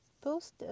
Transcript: post